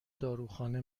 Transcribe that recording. داروخانه